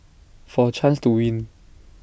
for A chance to win